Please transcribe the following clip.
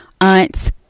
aunts